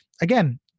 again